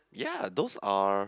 ya those are